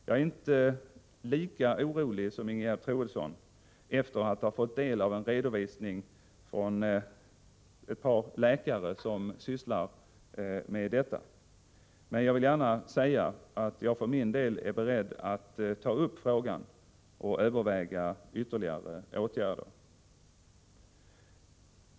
Jag är inte lika orolig som Ingegerd Troedsson efter att ha tagit del av en redovisning från ett par läkare som sysslar med detta. Men jag vill gärna säga att jag för min del är beredd att ta upp frågan och överväga ytterligare åtgärder.